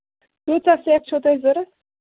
کۭژاہ سیٚکھ چھَو تۄہہِ ضروٗرت